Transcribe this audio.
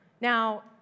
Now